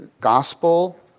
gospel